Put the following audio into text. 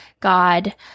God